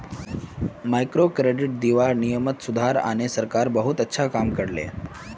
microcredit दीबार नियमत सुधार आने सरकार बहुत अच्छा काम कर ले